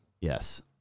Yes